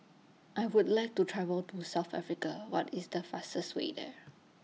I Would like to travel to South Africa What IS The fastest Way There